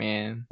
Man